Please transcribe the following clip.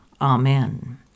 Amen